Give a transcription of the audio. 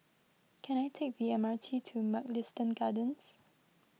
can I take the M R T to Mugliston Gardens